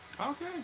Okay